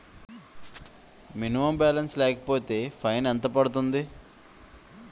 Minimum balance లేకపోతే fine ఎంత పడుతుంది?